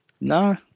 No